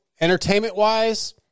entertainment-wise